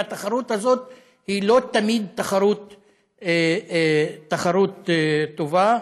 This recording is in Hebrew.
והתחרות הזאת היא לא תמיד תחרות טובה,